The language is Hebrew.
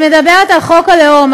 אני מדברת על חוק הלאום,